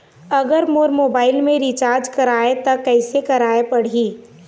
अगर मोर मोबाइल मे रिचार्ज कराए त कैसे कराए पड़ही?